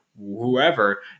whoever